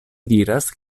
diras